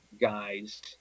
guys